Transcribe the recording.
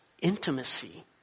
intimacy